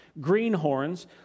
greenhorns